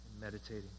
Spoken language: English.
meditating